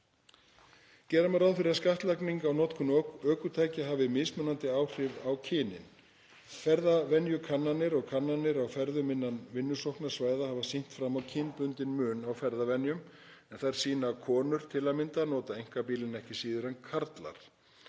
Gera má ráð fyrir að skattlagning á notkun ökutækja hafi mismunandi áhrif á kynin. Ferðavenjukannanir og kannanir á ferðum innan vinnusóknarsvæða hafa sýnt fram á kynbundinn mun á ferðavenjum, en þær sýna að konur nota einkabílinn ekki síður en karlar.